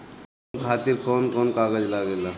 Loan खातिर कौन कागज लागेला?